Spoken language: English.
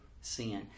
sin